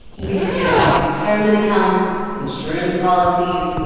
we forget about retirement accounts, insurance policies,